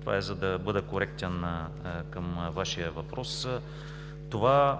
Това е, за да бъда коректен към Вашия въпрос. Това,